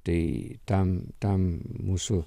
tai tam tam mūsų